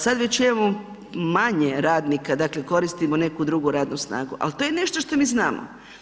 Sad već imamo manje radnika, dakle, koristimo neku drugu radnu snagu, ali to je nešto što mi znamo.